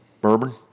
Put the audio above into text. Bourbon